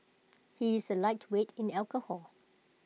he is A lightweight in alcohol